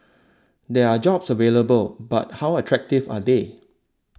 there are jobs available but how attractive are they